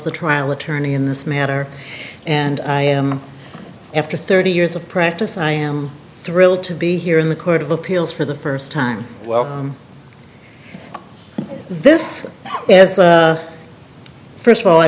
the trial attorney in this matter and i am after thirty years of practice i am thrilled to be here in the court of appeals for the first time well this is first of all i